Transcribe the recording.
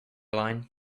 line